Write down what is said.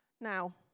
Now